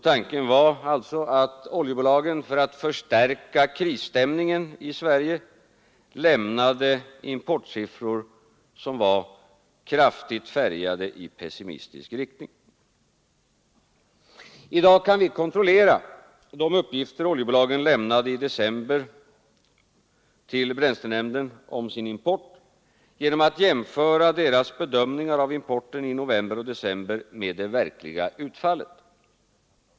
Tanken var att oljebolagen för att förstärka krisstämningen i Sverige lämnade importsiffror som var kraftigt färgade i pessimistisk riktning. I dag kan vi kontrollera de uppgifter oljebolagen i december lämnade till bränslenämnden om sin import, genom att jämföra deras bedömningar av importen i november och december mot det verkliga utfallet.